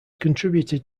contributed